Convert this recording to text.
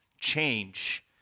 change